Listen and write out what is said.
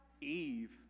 Eve